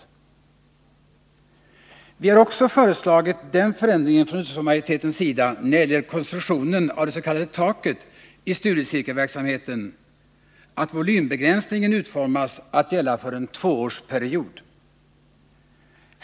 Utskottsmajoriteten har också föreslagit den förändringen när det gäller konstruktionen av det s.k. taket i studiecirkelverksamheten, att volymbegränsningen utformas att gälla för en tvåårsperiod.